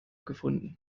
gefunden